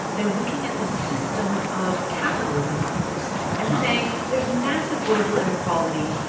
they're looking at the system of capitalism, almost, and saying, there's massive global inequality.